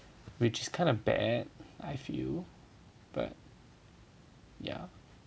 which is kind of bad I feel but ya